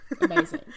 Amazing